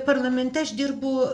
parlamente aš dirbu